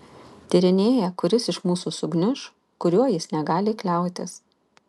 tyrinėja kuris iš mūsų sugniuš kuriuo jis negali kliautis